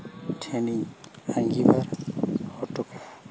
ᱴᱷᱮᱱᱤᱧ ᱟᱸᱜᱤᱵᱷᱟᱨ ᱦᱚᱴᱚ ᱠᱟᱜᱼᱟ